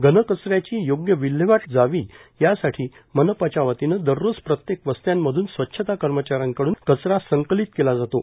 घनकचऱ्याची योग्य विल्हेवाट लावली जावी यासाठी मनपाच्या वतीने दररोज प्रत्येक वस्त्यांमधून स्वच्छता कर्मचाऱ्यांकडून कचरा संकलीत केला जातो